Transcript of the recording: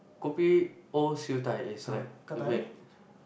kopi O Siew-Dai is like the wait